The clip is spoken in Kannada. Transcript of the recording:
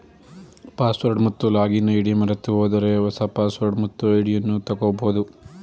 ಪಾಸ್ವರ್ಡ್ ಮತ್ತು ಲಾಗಿನ್ ಐ.ಡಿ ಮರೆತುಹೋದರೆ ಹೊಸ ಪಾಸ್ವರ್ಡ್ ಮತ್ತು ಐಡಿಯನ್ನು ತಗೋಬೋದು